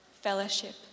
fellowship